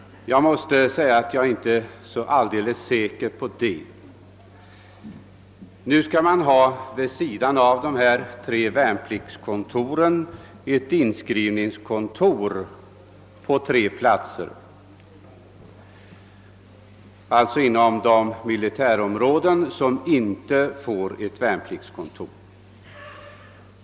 Jag är inte alls säker på att detta blir fallet. Vid sidan av de tre värnpliktskontoren föreslås nu inskrivningskontor på tre platser, nämligen inom de militärområden som inte får något värnplikts kontor.